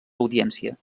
audiència